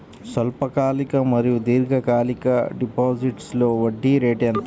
స్వల్పకాలిక మరియు దీర్ఘకాలిక డిపోజిట్స్లో వడ్డీ రేటు ఎంత?